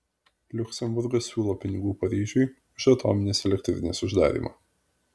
liuksemburgas siūlo pinigų paryžiui už atominės elektrinės uždarymą